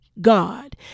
God